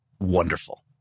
wonderful